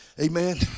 Amen